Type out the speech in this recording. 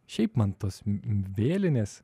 šiaip man tos vėlinės